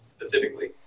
specifically